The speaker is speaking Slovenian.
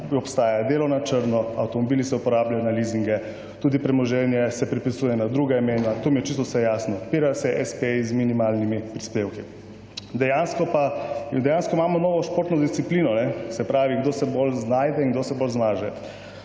obstaja delo na črno, avtomobili se uporabljajo na lizinge, tudi premoženje se prepisuje na druge, to mi je čisto vse jasno. Odpirajo se s.p.-ji z minimalnimi prispevki. Mi dejansko imamo novo športno disciplino, se pravi kdo se bolj znajde in kdo se bolj izmaže.